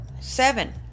seven